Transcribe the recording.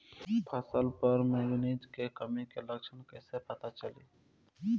फसल पर मैगनीज के कमी के लक्षण कईसे पता चली?